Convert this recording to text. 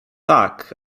tak